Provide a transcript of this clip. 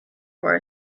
for